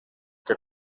que